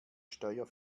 steuer